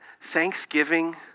thanksgiving